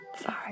Sorry